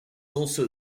also